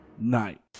night